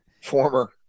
former